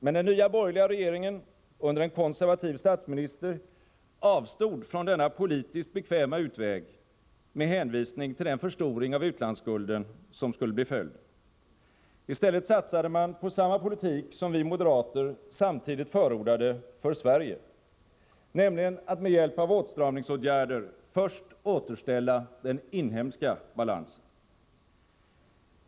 Men den nya borgerliga regeringen under en konservativ statsminister avstod från denna politiskt bekväma utväg med hänvisning till den förstoring av utlandsskulden som skulle bli följden. I stället satsade man på samma politik som vi moderater samtidigt förordade för Sverige, nämligen att med hjälp av åtstramningsåtgärder först återställa den inhemska balansen.